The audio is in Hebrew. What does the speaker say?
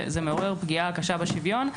זה מעורר פגיעה קשה בשוויון.